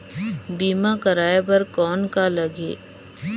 बीमा कराय बर कौन का लगही?